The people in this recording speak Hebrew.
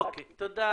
תודה.